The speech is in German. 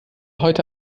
heute